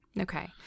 Okay